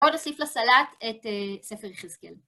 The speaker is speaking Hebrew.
בוא נוסיף לסלט את ספר יחזקאל.